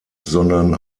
sondern